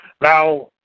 Now